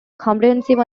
comprehensive